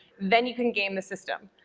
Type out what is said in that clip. then you can game the system.